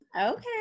Okay